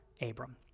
Abram